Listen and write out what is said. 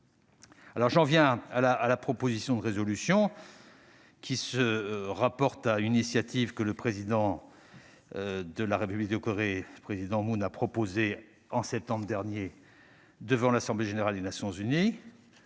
maintenant à la proposition de résolution. Ce texte se rapporte à une initiative que le président de la République de Corée, M. Moon Jae-in, a prise en septembre dernier devant l'Assemblée générale des Nations unies,